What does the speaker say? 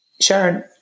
Sharon